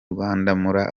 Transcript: rwandamura